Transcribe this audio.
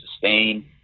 sustain